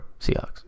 Seahawks